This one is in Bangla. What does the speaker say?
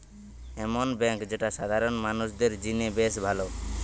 এমন বেঙ্ক যেটা সাধারণ মানুষদের জিনে বেশ ভালো